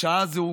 בשעה זו